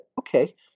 Okay